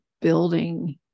building